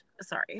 Sorry